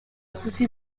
souci